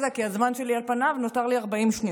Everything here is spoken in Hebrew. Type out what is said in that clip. הזמן שלי, על פניו, נותר לי 40 שניות.